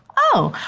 oh,